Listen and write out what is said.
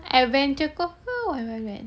adventure cove ke or wild wild wet